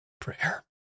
prayer